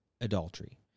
adultery